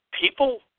people